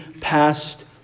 past